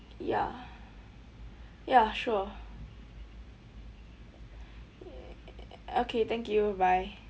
ya ya sure okay thank you bye